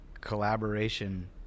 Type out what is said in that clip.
collaboration